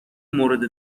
مورد